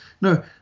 No